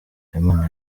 habimana